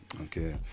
Okay